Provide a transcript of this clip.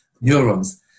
neurons